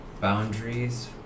boundaries